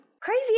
Crazy